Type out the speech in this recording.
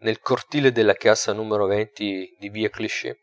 nel cortile della casa di via clichy